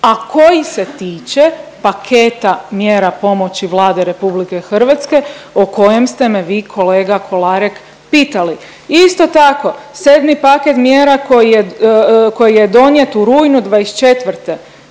a koji se tiče paketa mjera pomoći Vlade RH, o kojem ste me vi kolega Kolarek pitali. Isto tako 7. paket mjera koji je, koji je donijet u rujnu '24.